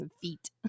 feet